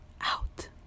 out